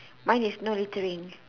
mine is no littering